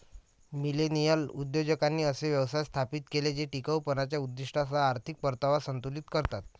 millennial उद्योजकांनी असे व्यवसाय स्थापित केले जे टिकाऊपणाच्या उद्दीष्टांसह आर्थिक परतावा संतुलित करतात